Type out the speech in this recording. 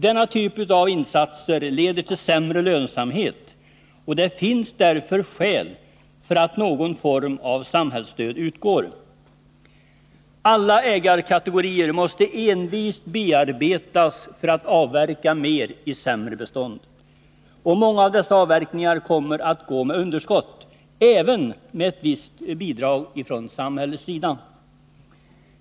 Denna typ av insatser leder till sämre lönsamhet, och det finns därför skäl för att någon form av samhällsstöd utgår. Alla ägarkategorier måste envist bearbetas för att avverka mer i sämre bestånd, och många av dessa avverkningar kommer att gå med underskott, även med ett visst bidrag från samhällets sida.